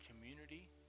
community